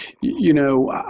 you know,